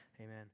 amen